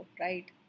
right